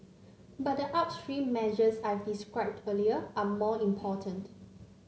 but the upstream measures I've described earlier are more important